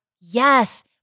Yes